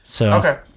Okay